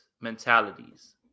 mentalities